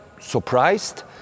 surprised